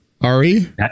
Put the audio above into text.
Ari